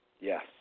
Yes